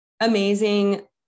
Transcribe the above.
amazing